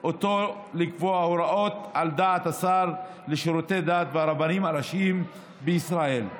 אותו לקבוע הוראות על דעת השר לשירותי דת והרבנים הראשיים בישראל.